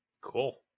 Cool